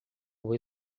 vou